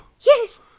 Yes